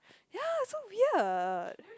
ya so weird